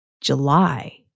July